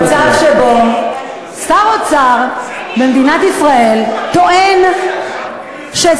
מעלים מצב שבו שר אוצר במדינת ישראל טוען ששרים,